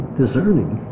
discerning